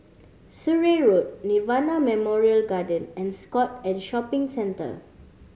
Surrey Road Nirvana Memorial Garden and Scott and Shopping Centre